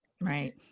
Right